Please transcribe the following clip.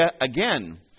again